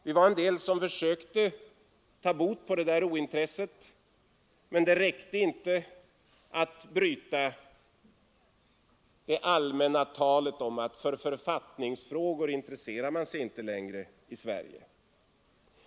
Vi var en del som försökte råda bot på det ointresset, men det räckte inte för att bryta det allmänna talet om att för författningsfrågor intresserar man sig inte längre i Sverige.